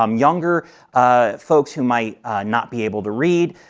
um younger ah folks who might not be able to read,